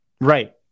Right